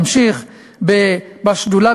אמשיך בשדולה,